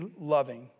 loving